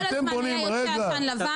כל הזמן היה יוצא עשן לבן,